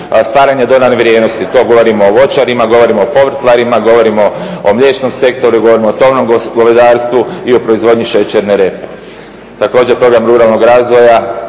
stvaranja dodane vrijednosti. To govorimo o voćarima, govorimo o povrtlarima, govorimo o mliječnom sektoru, govorimo o tovnom govedarstvu i o proizvodnji šećerne repe. Također Program ruralnog razvoja